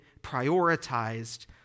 prioritized